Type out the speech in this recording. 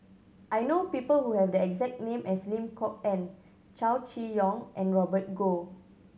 I know people who have the exact name as Lim Kok Ann Chow Chee Yong and Robert Goh